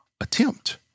attempt